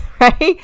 right